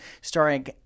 starring